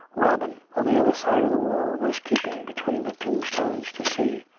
robin, on the other side of the wall, was keeping between the tombstones to see,